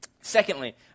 Secondly